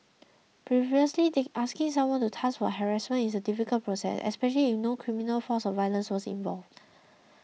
previously take asking someone to task for harassment is a difficult process especially if no criminal force violence was involved